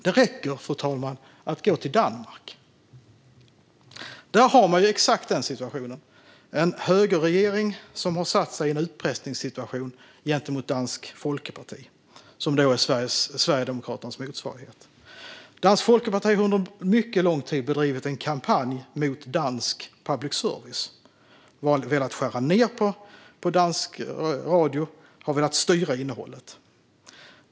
Det räcker att titta på Danmark, fru talman. Där har man exakt den här situationen: en högerregering som har satt sig i en utpressningssituation gentemot Dansk Folkeparti, som alltså är Sverigedemokraternas motsvarighet. Dansk Folkeparti har under mycket lång tid bedrivit en kampanj mot dansk public service. Partiet har velat skära ned på Danmarks Radio och styra innehållet.